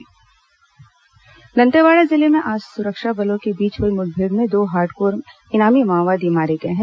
माओवादी मुठभेड़ दंतेवाड़ा जिले में आज सुरक्षा बलों के साथ हुई मुठभेड़ में दो हार्डकोर इनामी माओवादी मारे गए हैं